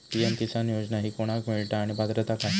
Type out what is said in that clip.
PM Kisan योजना ही कोणाक मिळता आणि पात्रता काय?